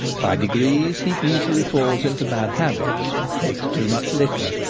by degrees he easily falls into bad habits, takes too much liquor,